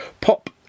pop